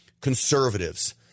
conservatives